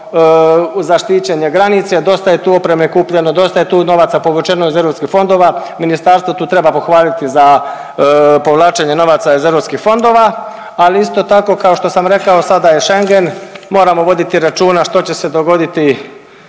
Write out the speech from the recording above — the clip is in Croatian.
zaštićenje granice, dosta je tu opreme kupljeno, dosta je tu novaca povučeno iz europskih fondova, ministarstvo tu treba pohvaliti za povlačenje novaca iz europskih fondova, ali isto tako kao što sam rekao sada je Schengen, moramo voditi računa što će se dogoditi